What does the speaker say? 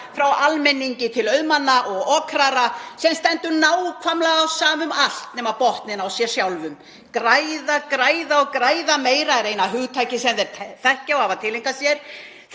frá almenningi til auðmanna og okrara sem stendur nákvæmlega á sama um allt nema botninn á sér sjálfum. Græða og græða meira er eina hugtakið sem þeir þekkja og hafa tileinkað sér.